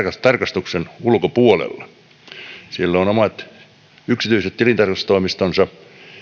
tarkastuksen ulkopuolella siellä on omat yksityiset tilintarkastustoimistonsa